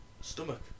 stomach